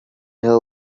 her